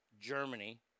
Germany